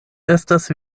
estas